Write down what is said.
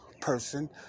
person